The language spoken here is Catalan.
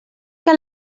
que